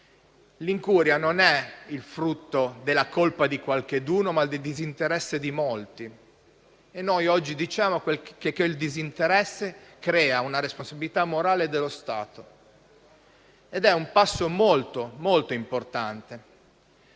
L'incuria non è il frutto della colpa di qualcuno, ma del disinteresse di molti. Noi oggi diciamo che il disinteresse crea una responsabilità morale dello Stato ed è un passo molto, molto importante,